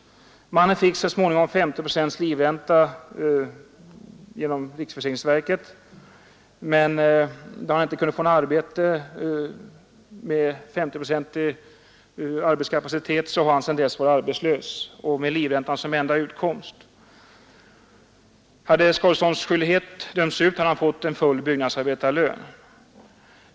Mannen fick så småningom 50 procents livränta genom riksförsäkringsverket, men han kunde inte få något arbete utan har sedan dess varit arbetslös med livräntan som enda utkomst. Hade skadeståndsskyldighet dömts ut hade han fått en full byggnadsarbetarlön.